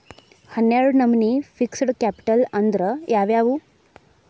ಹನ್ನೆರ್ಡ್ ನಮ್ನಿ fixed capital ಅಂದ್ರ ಯಾವವ್ಯಾವು?